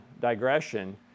digression